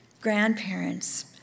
grandparents